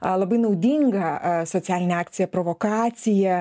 labai naudingą socialinę akciją provokaciją